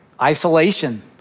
isolation